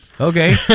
Okay